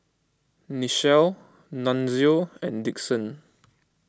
Nichelle Nunzio and Dixon